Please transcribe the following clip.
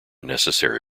necessary